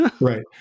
Right